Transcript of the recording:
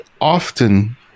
often